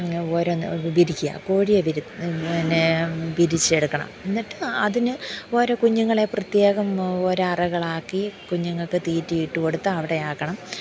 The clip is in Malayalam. ഓരോ വിരിക്ക കോഴിയ പിന്നെ വിരിയിച്ചെടുക്കണം എന്നിട്ട് അതിന് ഓരോ കുഞ്ഞുങ്ങളെ പ്രത്യേകം ഓരോ അറകളാക്കി കുഞ്ഞുങ്ങൾക്ക് തീറ്റ ഇട്ട് കൊടുത്ത് അവിടെയാക്കണം